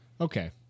Okay